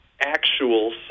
actual